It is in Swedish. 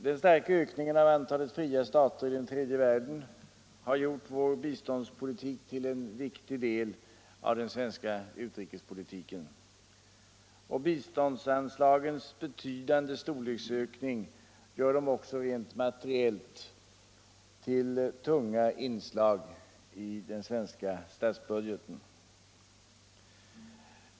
Den starka ökningen av antalet fria stater i den tredje världen har gjort vår biståndspolitik till en viktig del av den svenska utrikespolitiken, och biståndsanslagens betydande storleksökning gör dem också rent materiellt till tunga inslag i den svenska statsbudgeten.